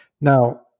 Now